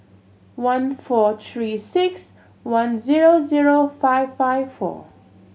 one four Three Six One zero zero five five four